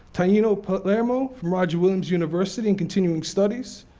taino palermo, from roger williams university in continuing studies,